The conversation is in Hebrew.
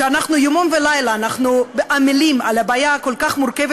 שיומם ולילה אנחנו עמלים על הבעיה הכל-כך מורכבת